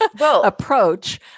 approach